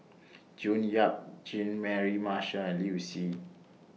June Yap Jean Mary Marshall and Liu Si